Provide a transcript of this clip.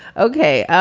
ok.